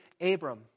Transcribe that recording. Abram